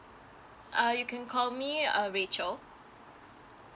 uh you can call me uh rachel